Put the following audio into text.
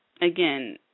again